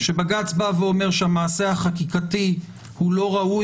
שבג"צ בא ואומר שהמעשה החקיקתי לא ראוי,